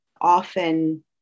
often